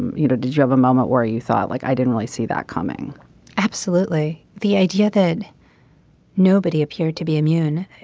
and you know did you have a moment where you thought like i didn't really see that coming absolutely. the idea that nobody appeared to be immune.